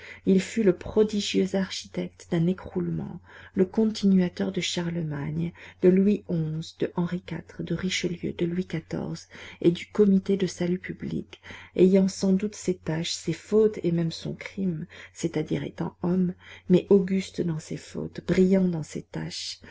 il fut le prodigieux architecte d'un écroulement le continuateur de charlemagne de louis xi de henri iv de richelieu de louis xiv et du comité de salut public ayant sans doute ses taches ses fautes et même son crime c'est-à-dire étant homme mais auguste dans ses fautes brillant dans ses taches